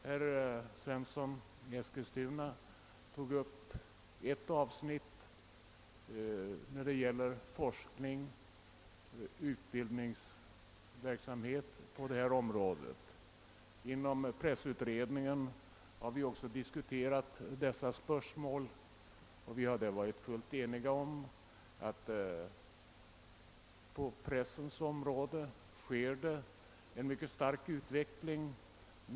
Herr Svensson i Eskilstuna tog upp ett avsnitt som gäller forskningsoch utbildningsverksamhet på detta område. Inom pressutredningen har vi också diskuterat dessa spörsmål, och vi har där varit fullt eniga om att på pressens område pågår en mycket stark utveckling.